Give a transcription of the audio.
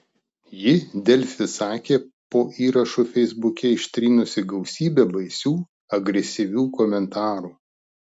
ji delfi sakė po įrašu feisbuke ištrynusi gausybę baisių agresyvių komentarų